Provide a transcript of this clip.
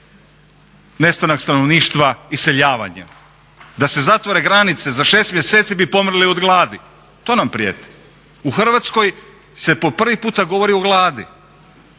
nestanak stanovništva iseljavanjem. Da se zatvore granice za šest mjeseci bi pomrli od gladi, to nam prijeti. U Hrvatskoj se po prvi puta govori o gladi.